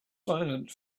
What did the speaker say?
silent